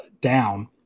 down